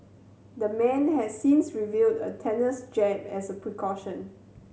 the man has since reviewed a tetanus jab as a precaution